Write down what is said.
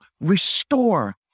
restore